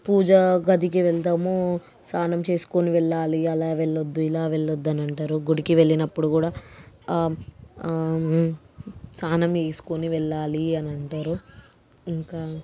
పూజ గదికి వెళ్తాము స్నానం చేసుకొని వెళ్ళాలి అలా వెళ్ళొద్దు ఇలా వెళ్ళొద్దు అని అంటారు గుడికి వెళ్ళినప్పుడు కూడా స్నానం చేసుకుని వెళ్ళాలి అని అంటారు ఇంకా